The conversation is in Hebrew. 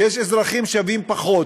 יש אזרחים שהם שווים פחות,